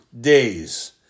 days